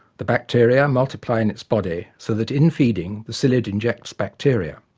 the bacteria multiply in its body so that in feeding, the psyllid injects bacteria.